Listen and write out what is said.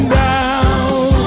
down